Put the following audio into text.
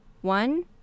One